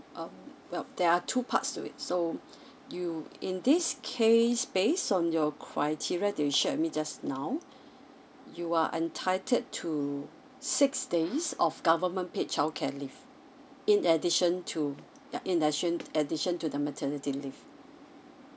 um well there are two parts to it so you in this case based on your criteria that you shared me just now you are entitled to six days of government paid childcare leave in addition to ya in addition addition to the maternity leave